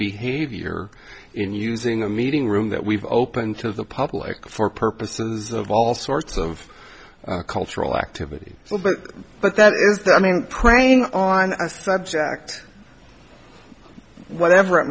behavior in using a meeting room that we've opened to the public for purposes of all sorts of cultural activity but that is there i mean praying on a subject whatever it